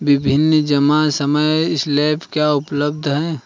विभिन्न जमा समय स्लैब क्या उपलब्ध हैं?